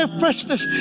freshness